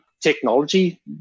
technology